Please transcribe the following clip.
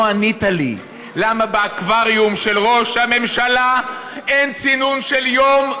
לא ענית לי למה באקווריום של ראש הממשלה אין צינון של יום,